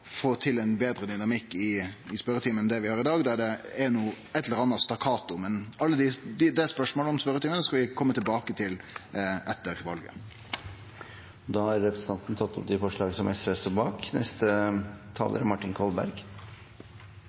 få til ein betre dynamikk i spørjetimen enn det vi har i dag, der det er eit eller anna stakkato. Men spørsmålet om spørjetimen skal vi kome tilbake til etter valet. Representanten Torgeir Knag Fylkesnes har tatt opp de forslagene han refererte til. De erfaringene jeg har nå, gir to refleksjoner: Den ene refleksjonen er det som